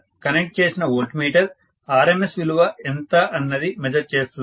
ఇక్కడ కనెక్ట్ చేసిన voltmeter RMS విలువ ఎంత అన్నది మెజర్ చేస్తుంది